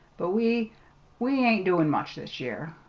but we we ain't doin' much this year.